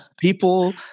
People